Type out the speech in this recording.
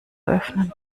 öffnen